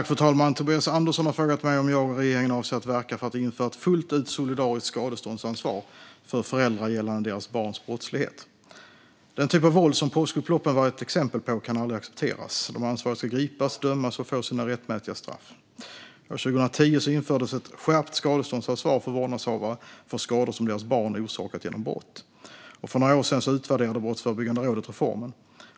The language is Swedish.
Fru talman! har frågat mig om jag och regeringen avser att verka för att införa ett fullt ut solidariskt skadeståndsansvar för föräldrar gällande deras barns brottslighet. Den typ av våld som påskupploppen var ett exempel på kan aldrig accepteras. De ansvariga ska gripas, dömas och få sina rättmätiga straff. År 2010 infördes ett skärpt skadeståndsansvar för vårdnadshavare för skador som deras barn orsakat genom brott. För några år sedan utvärderade Brottsförebyggande rådet reformen.